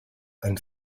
and